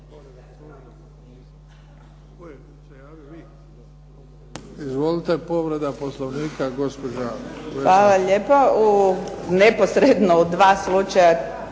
Izvolite, povreda poslovnika. **Pusić, Vesna (HNS)** Hvala lijepa. Neposredno u dva slučaja